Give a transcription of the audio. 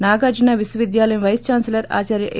నాగార్టున విశ్వవిద్యాలయం vice chancellor Acharya ఎ